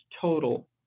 total